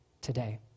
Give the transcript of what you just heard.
today